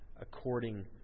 according